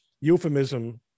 euphemism